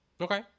Okay